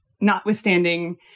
notwithstanding